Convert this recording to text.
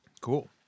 Cool